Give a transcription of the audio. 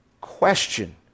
question